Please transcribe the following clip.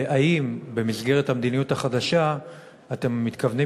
האם במסגרת המדיניות החדשה אתם מתכוונים